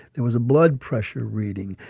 there was a blood pressure reading.